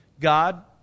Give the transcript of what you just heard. God